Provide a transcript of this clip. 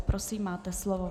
Prosím, máte slovo.